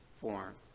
form